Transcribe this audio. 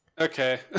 okay